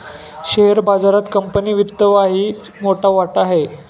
share बाजारात company वित्तचाही मोठा वाटा आहे